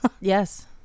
Yes